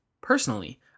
personally